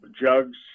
jugs